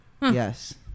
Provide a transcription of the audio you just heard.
yes